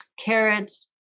carrots